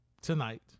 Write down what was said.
tonight